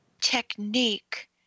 technique